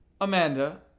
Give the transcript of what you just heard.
Amanda